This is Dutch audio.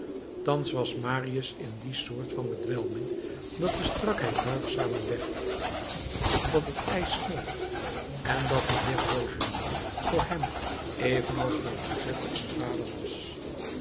thans was marius in die soort van bedwelming dat de strakheid buigzamer werd dat het ijs smolt en dat de heer fauchelevent voor hem evenals voor cosette een vader was